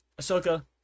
Ahsoka